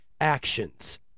actions